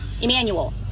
Emmanuel